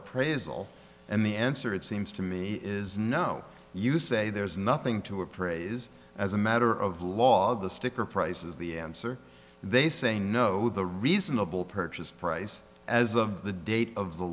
appraisal and the answer it seems to me is no you say there is nothing to appraise as a matter of law the sticker price is the answer they say no the reasonable purchase price as of the date of the